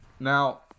Now